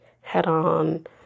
head-on